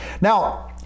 Now